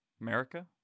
America